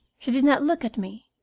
she did not look at me.